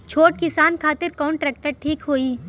छोट किसान खातिर कवन ट्रेक्टर ठीक होई?